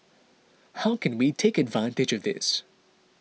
how can we take advantage of this